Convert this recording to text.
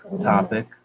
topic